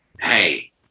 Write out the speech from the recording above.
hey